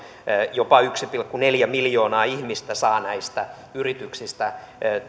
jopa yksi pilkku neljä miljoonaa ihmistä saa näistä yrityksistä